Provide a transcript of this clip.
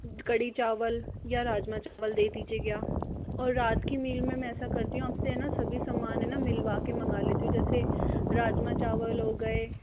कढ़ी चावल या राजमा चावल दे दीजिएगा और रात की मील में मैं ऐसा करती हूँ आपसे हेना सभी समान है ना मिलवा के मँगवा लेती हूँ जैसे राजमा चावल हो गए